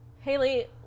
Haley